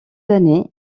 années